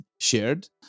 shared